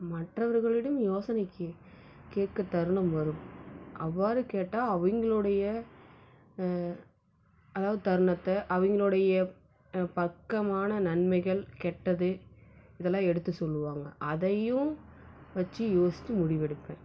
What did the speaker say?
மற்றவர்களிடம் யோசனை கே கேட்க தருணம் வரும் அவ்வாறு கேட்டால் அவங்களுடைய அதாவது தருணத்தை அவங்களுடைய பக்கமான நன்மைகள் கெட்டது இதெல்லாம் எடுத்து சொல்லுவாங்க அதையும் வச்சு யோசிச்சு முடிவு எடுப்பேன்